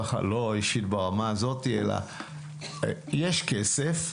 אישית: יש כסף,